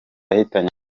yahitanye